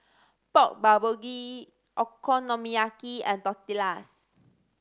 Pork Bulgogi Okonomiyaki and Tortillas